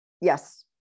Yes